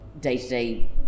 day-to-day